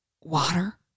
water